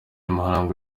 mahlangu